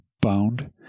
bound